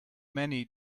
many